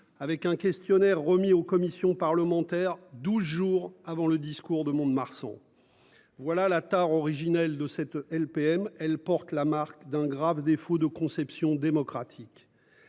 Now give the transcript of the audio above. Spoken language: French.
avec un questionnaire remis aux commissions parlementaires 12 jours avant le discours de Mont-de-Marsan. Voilà la tare originelle de cette LPM elle porte la marque d'un grave défaut de conception démocratique.